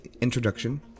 introduction